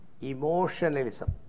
emotionalism